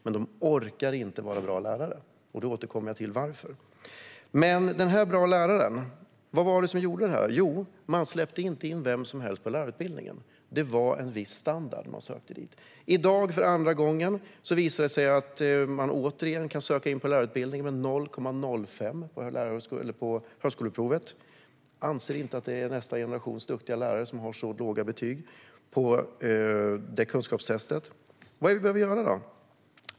Men de orkar inte vara bra lärare, och jag ska återkomma till varför. Vad var det som gjorde att denna lärare var bra? Jo, det var för att man inte släppte in vem som helst på lärarutbildningen. Det var en viss standard. I dag, för andra gången, visar det sig att man återigen kan komma in på lärarutbildningen med ett resultat på 0,05 från högskoleprovet. Jag anser inte att det är nästa generations duktiga lärare som har så lågt resultat på detta kunskapstest. Vad behöver vi göra?